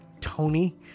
tony